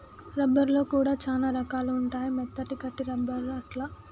rubber లో కూడా చానా రకాలు ఉంటాయి మెత్తటి, గట్టి రబ్బర్ అట్లా